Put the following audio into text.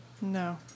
No